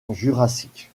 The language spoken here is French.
jurassique